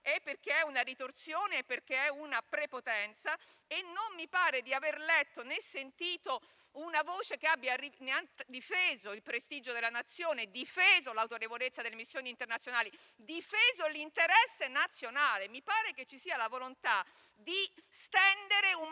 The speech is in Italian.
e perché è una ritorsione e perché è una prepotenza - e non mi pare di aver letto, né sentito una voce che abbia difeso il prestigio della Nazione, l'autorevolezza delle missioni internazionali e l'interesse nazionale. Mi pare che ci sia la volontà di stendere un